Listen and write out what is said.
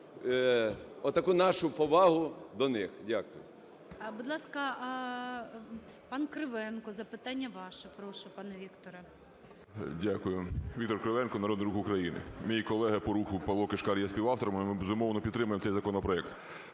отаку нашу повагу до них. Дякую. ГОЛОВУЮЧИЙ. Будь ласка, пан Кривенко, запитання ваше. Прошу, пане Вікторе. 11:08:03 КРИВЕНКО В.М. Дякую. Віктор Кривенко, Народний Рух України. Мій колега по Руху ПавлоКишкар є співавтором і ми, безумовно, підтримаємо цей законопроект.